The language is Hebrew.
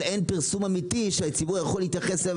אבל אין פרסום אמיתי שהציבור יכול להתייחס אליו.